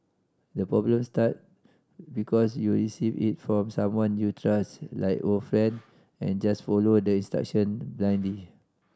the problem start because you receive it from someone you trust like old friend and just follow the instruction blindly